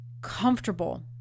comfortable